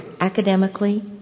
academically